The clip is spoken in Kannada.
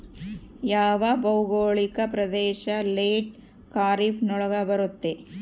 ಯಾವ ಭೌಗೋಳಿಕ ಪ್ರದೇಶ ಲೇಟ್ ಖಾರೇಫ್ ನೊಳಗ ಬರುತ್ತೆ?